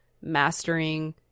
mastering